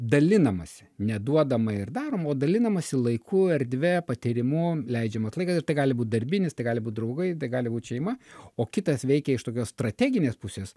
dalinamasi ne duodama ir daroma o dalinamasi laiku erdve patyrimu leidžiamas laikas ir tai gali būt darbinis tai gali būt draugai tai gali būt šeima o kitas veikia iš tokios strateginės pusės